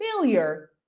failure